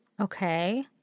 Okay